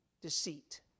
deceit